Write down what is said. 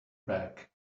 bag